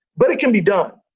but it can be done.